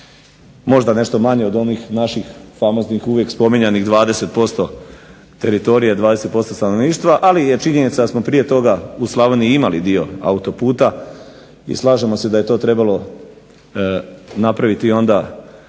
možda nešto manje od onih naših famoznih uvijek spominjanih 20% teritorija, 20% stanovništva, ali je činjenica da smo prije toga u Slavoniji imali dio autoputa i slažemo se da je to trebalo napraviti i onda